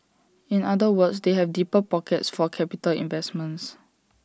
in other words they have deeper pockets for capital investments